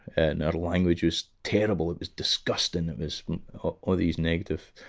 and our language was terrible, it was disgusting, it was all these negative